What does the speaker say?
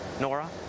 Nora